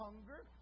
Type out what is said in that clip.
hunger